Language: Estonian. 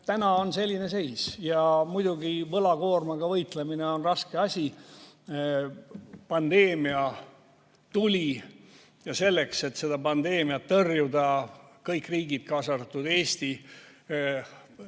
täna on selline seis. Muidugi, võlakoormaga võitlemine on raske asi. Pandeemia tuli ja selleks, et pandeemiat tõrjuda, paiskasid kõik riigid, kaasa arvatud Eesti,